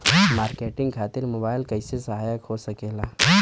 Marketing खातिर mobile कइसे सहायक हो सकेला?